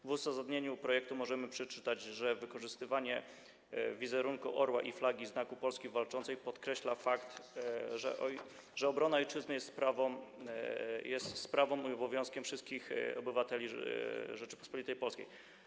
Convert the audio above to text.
W uzasadnieniu projektu możemy przeczytać, że wykorzystywanie w wizerunku orła i flagi Znaku Polski Walczącej podkreśla fakt, że obrona ojczyzny jest sprawą i obowiązkiem wszystkich obywateli Rzeczypospolitej Polskiej.